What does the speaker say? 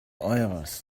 eures